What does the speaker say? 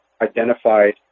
identified